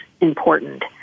important